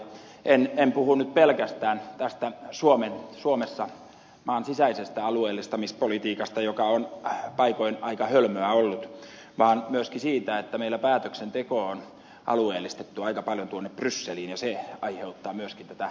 en puhu nyt pelkästään suomen sisäisestä alueellistamispolitiikasta joka on paikoin aika hölmöä ollut vaan myöskin siitä että meillä päätöksenteko on alueellistettu aika paljon tuonne brysseliin ja se aiheuttaa myöskin tätä matkailua